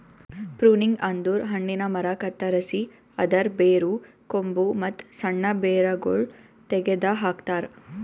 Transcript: pruning ಅಂದುರ್ ಹಣ್ಣಿನ ಮರ ಕತ್ತರಸಿ ಅದರ್ ಬೇರು, ಕೊಂಬು, ಮತ್ತ್ ಸಣ್ಣ ಬೇರಗೊಳ್ ತೆಗೆದ ಹಾಕ್ತಾರ್